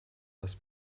das